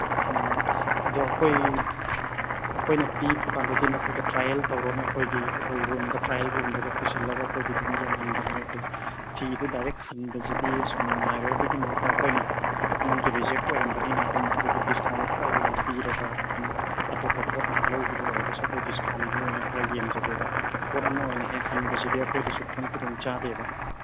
ꯑꯣ ꯑꯗꯣ ꯑꯩꯈꯣꯏ ꯑꯩꯈꯣꯏꯅ ꯄꯤꯕꯀꯥꯟꯗꯗꯤ ꯅꯈꯣꯏꯗ ꯇ꯭ꯔꯥꯏꯌꯦꯜ ꯇꯧꯔꯣꯅ ꯑꯩꯈꯣꯏꯒꯤ ꯑꯩꯈꯣꯏ ꯔꯨꯝꯗ ꯇ꯭ꯔꯥꯏꯌꯦꯜ ꯔꯨꯝꯗꯒ ꯑꯩꯈꯣꯏꯗꯤ ꯑꯗꯨꯝ ꯌꯦꯡꯍꯟꯕꯅꯦ ꯑꯗꯨ ꯐꯤꯗꯨ ꯗꯥꯏꯔꯦꯛ ꯍꯟꯕꯁꯤꯗꯤ ꯑꯁ ꯅꯨꯡꯉꯥꯏꯔꯣꯏ ꯑꯗꯨꯒꯤ ꯃꯍꯨꯠꯇ ꯑꯩꯈꯣꯏꯟ ꯅꯪꯒꯤ ꯔꯤꯖꯦꯛ ꯑꯣꯏꯔꯝꯕꯅꯤꯅ ꯑꯗꯨꯝ ꯑꯗꯨꯒꯤ ꯗꯤꯁꯀꯥꯎꯟ ꯈꯔ ꯑꯩꯈꯣꯏꯅ ꯄꯤꯔꯒ ꯑꯗꯨꯝ ꯑꯇꯣꯞꯄ ꯄꯣꯠ ꯑꯃ ꯂꯧꯕꯗ ꯑꯣꯏꯔꯒꯁꯨ ꯑꯩꯈꯣꯏ ꯗꯤꯁꯀꯥꯎꯟꯗ ꯑꯣꯏꯅ ꯈꯔ ꯌꯦꯡꯖꯒꯦꯕ ꯄꯣꯠ ꯑꯃ ꯑꯣꯏꯅ ꯍꯦꯛ ꯍꯟꯕꯁꯤꯗꯤ ꯑꯩꯈꯣꯏꯗꯁꯨ ꯈꯤꯇꯪ ꯈꯨꯗꯣꯡꯆꯥꯗꯦꯕ